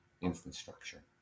infrastructure